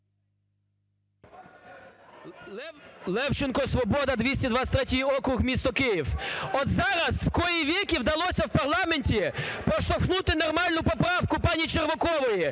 Левченко, "Свобода", 223 округ, місто Київ. От зараз, в кои веки, вдалося в парламенті проштовхнути нормальну поправку пані Червакової.